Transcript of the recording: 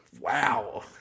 Wow